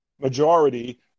majority